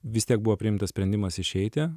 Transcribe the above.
vis tiek buvo priimtas sprendimas išeiti